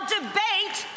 debate